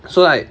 so like